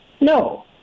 No